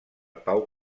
pau